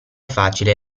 facile